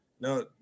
no